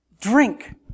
drink